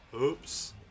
Oops